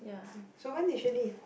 so when did she leave